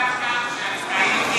אני מתנצל עכשיו שטעיתי,